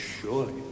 surely